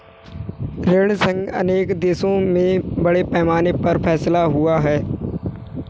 ऋण संघ अनेक देशों में बड़े पैमाने पर फैला हुआ है